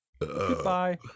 goodbye